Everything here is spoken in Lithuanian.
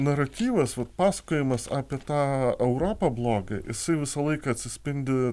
naratyvas va pasakojimas apie tą europą blogą jisai visą laiką atsispindi